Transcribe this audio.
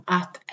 att